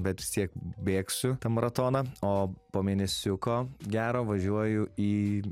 bet vis tiek bėgsiu maratoną o po mėnesiuko gero važiuoju į